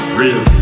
real